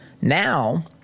Now